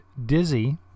Dizzy